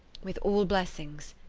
with all blessings,